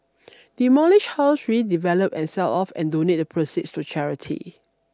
demolish house redevelop and sell off and donate the proceeds to charity